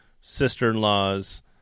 sister-in-laws